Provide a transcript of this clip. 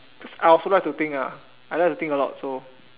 cause I also like to think ah I like to think a lot so